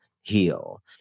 heal